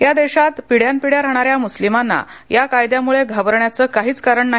या देशात पिढ्यान पिढ्या राहणाऱ्या मुस्लिमांना या कायद्यामुळं घाबरण्याचं काहीच कारण नाही